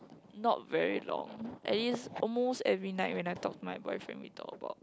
not very long is almost every night when I talk to my boyfriend we talk about